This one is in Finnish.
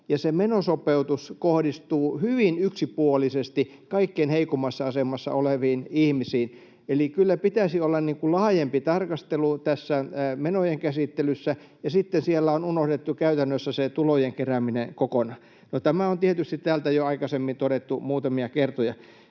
ja se menosopeutus kohdistuu hyvin yksipuolisesti kaikkein heikoimmassa asemassa oleviin ihmisiin. Eli kyllä pitäisi olla laajempi tarkastelu tässä menojen käsittelyssä, ja sitten siellä on unohdettu käytännössä se tulojen kerääminen kokonaan. No, tämä on tietysti täällä jo aikaisemmin todettu muutamia kertoja.